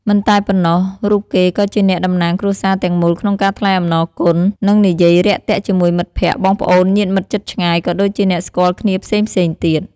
មិនតែប៉ុណ្ណោះ រូបគេក៏ជាអ្នកតំណាងគ្រួសារទាំងមូលក្នុងការថ្លែងអំណរគុណ និងនិយាយរាក់ទាក់ជាមួយមិត្តភក្តិ បងប្អូន ញាតិមិត្តជិតឆ្ងាយ ក៏ដូចជាអ្នកស្គាល់គ្នាផ្សេងៗទៀត។